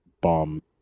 bomb